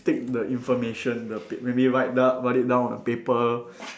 take the information the pa~ maybe write down write it down on the paper